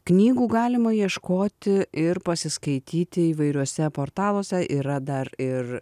knygų galima ieškoti ir pasiskaityti įvairiuose portaluose yra dar ir